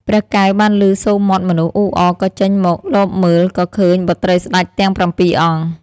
ព្រះកែវបានឮសូរមាត់មនុស្សអ៊ូអរក៏ចេញមកលបមើល ក៏ឃើញបុត្រីស្ដេចទាំងប្រាំពីរអង្គ។